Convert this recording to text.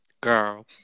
Girl